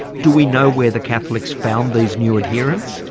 do we know where the catholics found these new adherents?